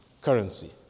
currency